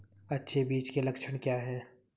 अच्छे बीज के लक्षण क्या हैं?